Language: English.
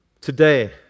Today